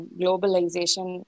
globalization